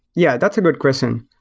yeah, that's a good question.